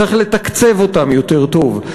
צריך לתקצב אותן יותר טוב.